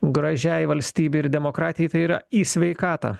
gražiai valstybei ir demokratijai tai yra į sveikatą